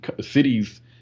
cities